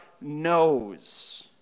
knows